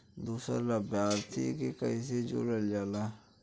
दूसरा लाभार्थी के कैसे जोड़ल जाला?